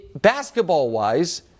basketball-wise